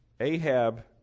Ahab